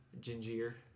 Ginger